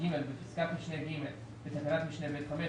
בפסקת משנה (ג), בתקנת משנה (ב5)